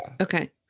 Okay